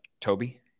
Toby